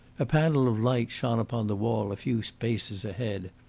a panel of light shone upon the wall a few paces ahead.